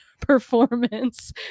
performance